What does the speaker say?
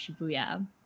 Shibuya